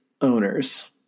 owners